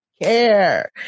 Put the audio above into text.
care